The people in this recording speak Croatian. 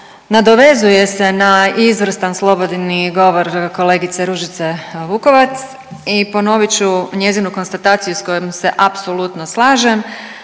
nadovezuje se na izvrstan slobodni govor kolegice Ružice Vukovac i ponovit ću njezinu konstataciju s kojom se apsolutno slažem,